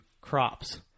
crops